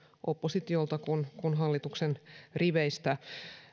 oppositiolta kuin hallituksen riveistä